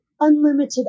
unlimited